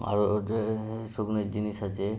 আরও ওতে শুকনোর জিনিস আছে